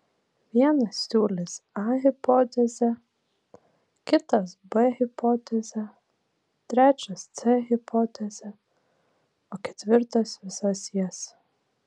vienas siūlys a hipotezę kitas b hipotezę trečias c hipotezę o ketvirtas visas jas